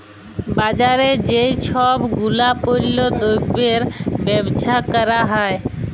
বাজারে যেই সব গুলাপল্য দ্রব্যের বেবসা ক্যরা হ্যয়